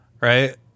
right